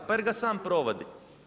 Pa jer ga sam provodi.